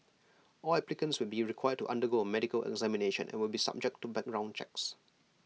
all applicants will be required to undergo A medical examination and will be subject to background checks